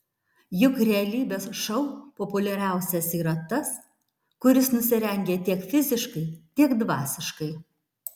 juk realybės šou populiariausias yra tas kuris nusirengia tiek fiziškai tiek dvasiškai